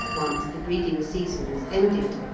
once the breeding season is ended,